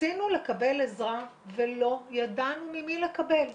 ניסינו לקבל עזרה ולא ידענו ממי לקבל.